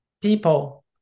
people